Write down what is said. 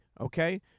okay